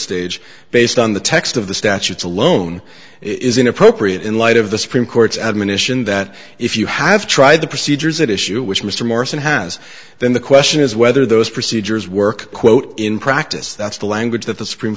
stage based on the text of the statutes alone is inappropriate in light of the supreme court's admonition that if you have tried the procedures at issue which mr morrison has then the question is whether those procedures work quote in practice that's the language that the supreme